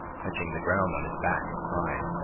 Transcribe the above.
fetching the ground on his back and side.